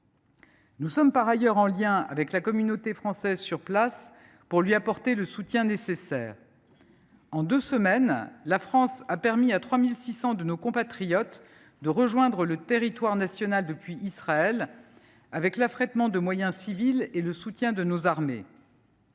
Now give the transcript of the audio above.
Nous sommes par ailleurs en lien avec la communauté française qui est sur place pour lui apporter le soutien nécessaire. En deux semaines, la France a permis à 3 600 de nos compatriotes de rejoindre le territoire national depuis Israël, grâce à l’affrètement de moyens civils et au soutien de nos armées.